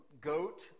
goat